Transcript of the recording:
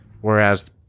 whereas